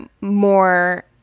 more